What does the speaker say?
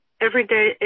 everyday